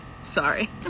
sorry